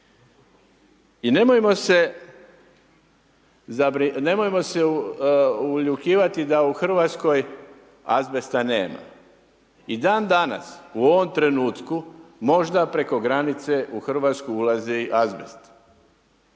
I nemojmo se … da u Hrvatskoj azbesta nema. I dan danas u ovom trenutku možda preko granice u Hrvatsku ulazi i azbest?